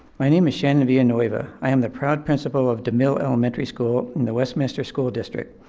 my name is shannon villanueva, i am the proud principal of demille elementary school in the westminster school district,